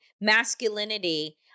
masculinity